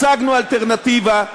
הצגנו אלטרנטיבה,